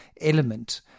element